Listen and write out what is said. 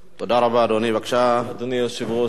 אדוני היושב-ראש,